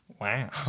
wow